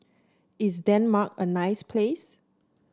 is Denmark a nice place